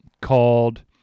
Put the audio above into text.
called